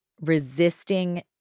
resisting